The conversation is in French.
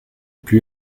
plus